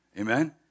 Amen